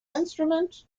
instrument